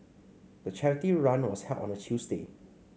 the charity run was held on a Tuesday